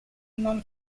non